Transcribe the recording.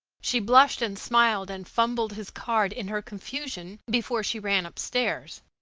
she blushed and smiled and fumbled his card in her confusion before she ran upstairs.